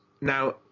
now